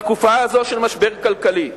בתקופה הזאת של משבר כלכלי,